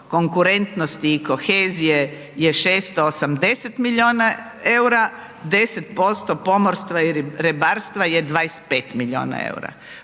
konkurentnosti i kohezije je 680 milijuna eura, 10% pomorstva i ribarstva je 25 milijuna eura.